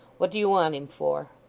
what do you want him for